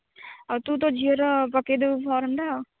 ଆଉ ତୁ ତ ଝିଅର ପକାଇଦେବୁ ଫର୍ମଟା ଆଉ